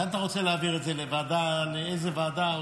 לאן אתה רוצה להעביר את זה, לאיזו ועדה?